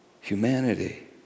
Humanity